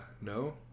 no